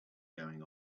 going